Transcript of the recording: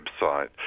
website